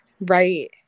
right